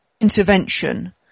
intervention